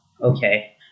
okay